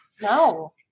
no